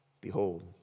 Behold